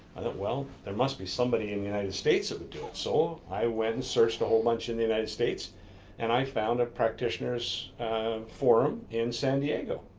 well, there must be somebody in the united states that would do it, so i went and searched a whole bunch in the united states and i found a practitioners' forum in san diego,